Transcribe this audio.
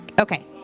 Okay